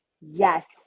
yes